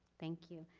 thank you.